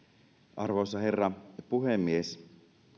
arvoisa herra puhemies